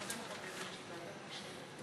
תודה.